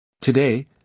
Today